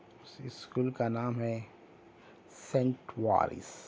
اس school کا نام ہے سنٹ وائس